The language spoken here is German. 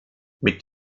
mit